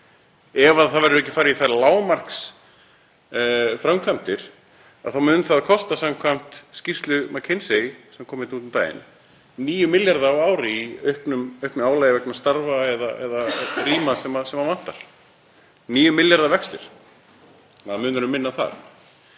Ef það verður ekki farið í þær lágmarksframkvæmdir þá mun það kosta samkvæmt skýrslu McKinseys, sem kom út um daginn, 9 milljarða á ári í auknu álagi vegna starfa eða rýma sem vantar. 9 milljarða vextir. Það munar um minna þar.